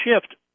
shift